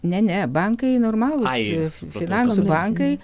ne ne bankai normalūs finansų bankai